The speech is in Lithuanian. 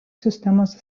sistemos